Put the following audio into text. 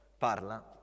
parla